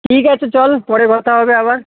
ঠিক আছে চল পরে কথা হবে আবার